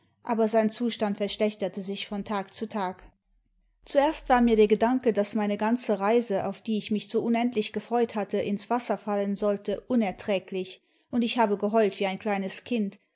aber sein zustand verschlechterte sich von tag zu tag zuerst war mir der gedanke daß meine ganze reise auf die ich mich so unendlich gefreut hatte ins wasser fallen sollte imerträglich und ich habe geheult wie ein kleines kind